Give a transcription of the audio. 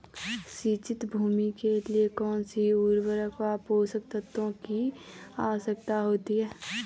सिंचित भूमि के लिए कौन सी उर्वरक व पोषक तत्वों की आवश्यकता होती है?